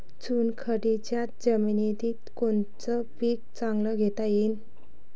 चुनखडीच्या जमीनीत कोनतं पीक चांगलं घेता येईन?